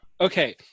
Okay